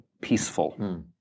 peaceful